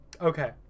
Okay